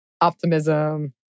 optimism